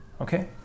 Okay